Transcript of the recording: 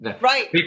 Right